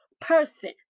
person